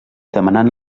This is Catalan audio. demanant